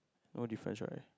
no difference right